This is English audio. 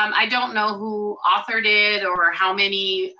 um i don't know who authored it, or how many,